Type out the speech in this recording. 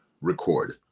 record